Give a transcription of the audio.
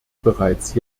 bereits